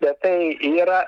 bet tai nėra